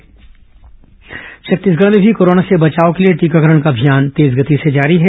corona टीकाकरण छत्तीसगढ में भी कोरोना से बचाव के लिए टीकाकरण का अभियान तेज गति से जारी है